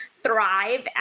thrive